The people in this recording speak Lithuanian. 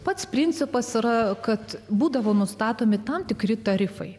pats principas yra kad būdavo nustatomi tam tikri tarifai